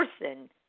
person